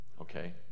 okay